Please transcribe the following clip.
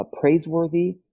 praiseworthy